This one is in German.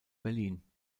berlin